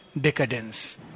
decadence